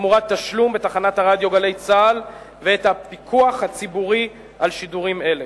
תמורת תשלום בתחנת הרדיו גלי "צה"ל" ואת הפיקוח הציבורי על שידורים אלה.